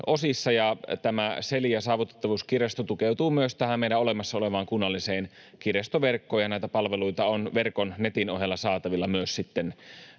eri osissa. Saavutettavuuskirjasto Celia tukeutuu myös tähän meidän olemassa olevaan kunnalliseen kirjastoverkkoon, ja näitä palveluita on verkon, netin, ohella saatavilla myös sitten